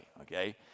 okay